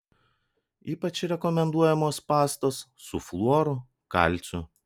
ypač rekomenduojamos pastos su fluoru kalciu